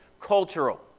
cultural